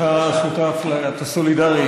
יש שקט בצד הזה.